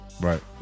Right